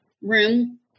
room